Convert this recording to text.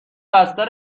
بستر